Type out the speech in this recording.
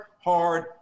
hard